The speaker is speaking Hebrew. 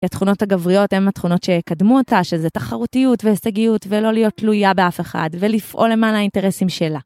התכונות הגבריות הן התכונות שיקדמו אותה שזה תחרותיות והישגיות ולא להיות תלויה באף אחד ולפעול למען האינטרסים שלה.